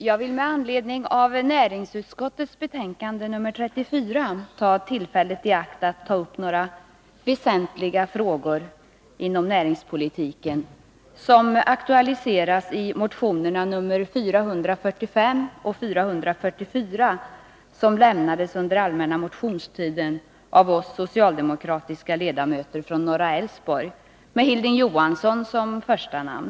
Herr talman! Med anledning av att vi nu behandlar näringsutskottets betänkande nr 34 vill jag ta tillfället i akt att ta upp några väsentliga frågor inom näringspolitiken, vilka aktualiseras i motionerna 444 och 445 som väcktes under den allmänna motionstiden av oss socialdemokratiska ledamöter från norra Älvsborg och som har Hilding Johansson som första namn.